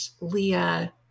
Leah